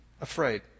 afraid